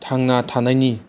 थांना थानायनि